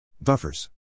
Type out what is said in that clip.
Buffers